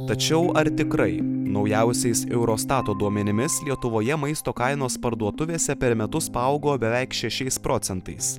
tačiau ar tikrai naujausiais eurostato duomenimis lietuvoje maisto kainos parduotuvėse per metus paaugo beveik šešiais procentais